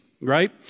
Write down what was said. right